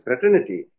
fraternity